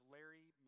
Larry